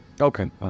Okay